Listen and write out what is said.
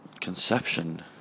conception